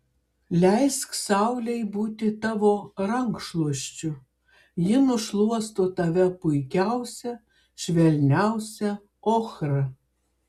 leisk saulei būti tavo rankšluosčiu ji nušluosto tave puikiausia švelniausia ochra